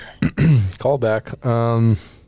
Callback